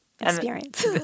experience